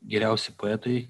geriausi poetai